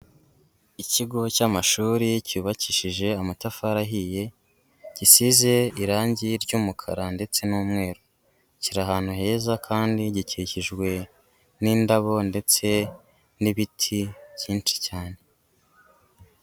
Ikigo cy'amashuri cyubakishije amatafari ahiye, gisize irange ry'umukara ndetse n'umweru, kiri ahantu heza kandi gikikijwe n'indabo ndetse n'ibiti byinshi cyane.